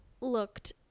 looked